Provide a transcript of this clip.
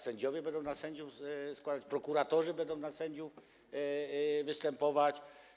Sędziowie będą na sędziów składać, prokuratorzy będą na sędziów występować?